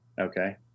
okay